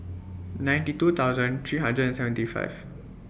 ninety two thousand three hundred and seventy five